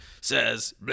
says